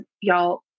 y'all